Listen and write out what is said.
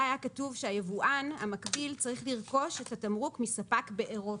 היה כתוב שהיבואן המקביל צריך לרכוש את התמרוק מספק באירופה.